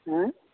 হেঁ